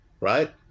Right